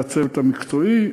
זה הצוות המקצועי,